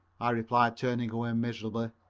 i replied, turning away miserably,